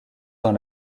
dans